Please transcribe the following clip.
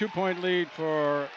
two point lead for